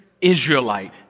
Israelite